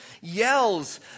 yells